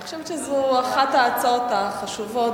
אני חושבת שזו אחת ההצעות החשובות,